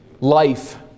life